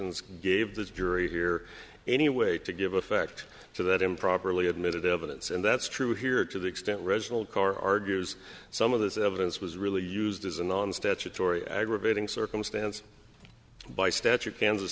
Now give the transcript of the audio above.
direction gave the jury here anyway to give a fair act to that improperly admitted evidence and that's true here to the extent reginald carr argues some of this evidence was really used as an on statutory aggravating circumstance by statute kansas